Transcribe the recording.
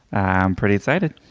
i'm pretty excited.